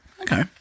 okay